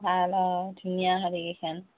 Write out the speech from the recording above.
ভাল অঁ ধুনীয়া শাৰী কেইখান